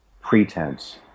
pretense